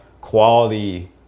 quality